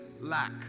lack